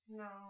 no